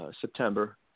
September